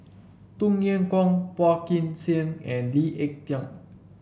Tung Chye Hong Phua Kin Siang and Lee Ek Tieng